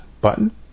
button